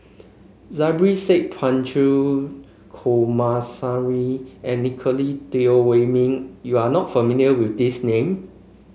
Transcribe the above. Zubir Said Punch and Nicolette Teo Wei Min you are not familiar with these name